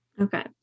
Okay